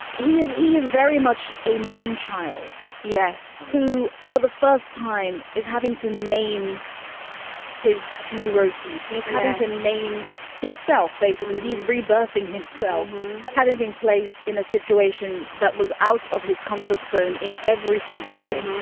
he is. he is very much a man child. yes. who for the first time is having to name his neuroses he's having to name himself. basically he's rebirthing himself having been placed in a situation that was out of his comfort zone in every single way.